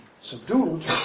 subdued